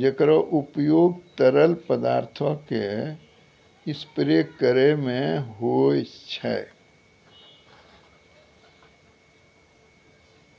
जेकरो उपयोग तरल पदार्थो क स्प्रे करै म होय छै